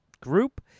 group